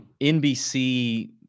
NBC –